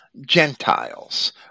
Gentiles